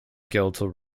skeletal